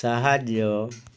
ସାହାଯ୍ୟ